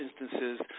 instances